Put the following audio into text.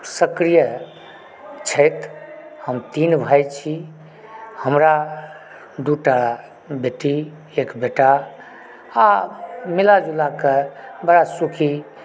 सक्रीय छथि हम तीन भाइ छी हमरा दूटा बेटी एक बेटा आ मिलाजुला कऽ बड़ा सुखी